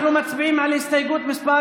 אנחנו מצביעים על הסתייגות מס'